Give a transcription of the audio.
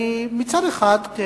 מצד אחד,